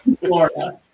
Florida